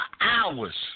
hours